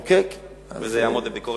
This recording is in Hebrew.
כך שיהיה אפשר